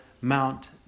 Mount